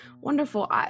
Wonderful